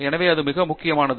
எனவே இது மிகவும் முக்கியமானது